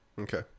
Okay